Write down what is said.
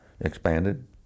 expanded